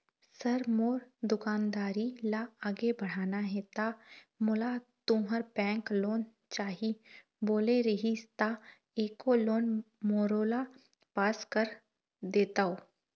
Sir मोर दुकानदारी ला आगे बढ़ाना हे ता मोला तुंहर बैंक लोन चाही बोले रीहिस ता एको लोन मोरोला पास कर देतव?